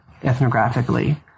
ethnographically